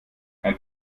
ein